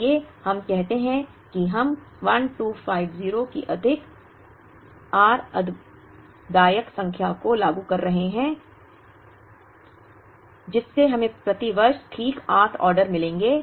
आइए हम कहते हैं कि हम 1250 की अधिक आरामदायक संख्या को लागू कर रहे हैं जिससे हमें प्रति वर्ष ठीक 8 ऑर्डर मिलेंगे